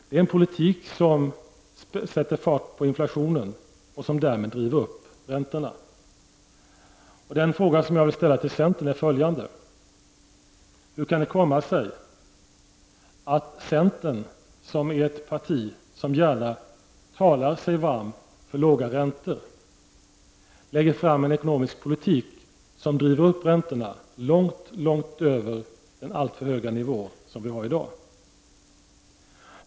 Det är en politik som sätter fart på inflationen och som därmed driver upp räntorna. Den fråga som jag vill ställa till centern är följande: Hur kan det komma sig att centern, som är ett parti som talar varmt för låga räntor, lägger fram en ekonomisk politik som driver upp räntorna långt, långt över den alltför höga nivå som vi har i dag?